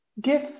give